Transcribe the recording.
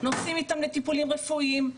נוסעים איתם לטיפולים רפואיים,